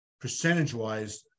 Percentage-wise